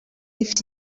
ifite